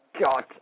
God